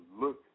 look